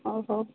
ଓ ହୋ